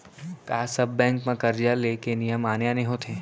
का सब बैंक म करजा ले के नियम आने आने होथे?